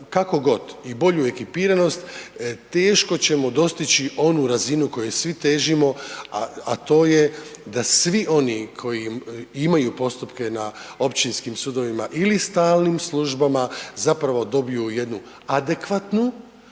kako god i bolju ekipiranost teško ćemo dostići onu razinu kojoj svi težimo, a to je da svi oni koji imaju postupke na općinskim sudovima ili stalnim službama zapravo dobiju jednu adekvatnu,